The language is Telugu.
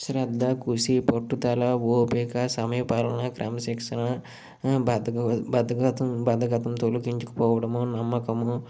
శ్రద్ధ కూసి పట్టుదల ఓపిక సమయపాలన క్రమశిక్షణ బద్దక బద్దకత్వం బద్దకత్వం తొలగించుకోవడము నమ్మకము